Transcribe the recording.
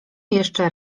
jeszcze